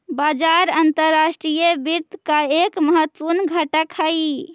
बाजार अंतर्राष्ट्रीय वित्त का एक महत्वपूर्ण घटक हई